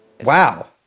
Wow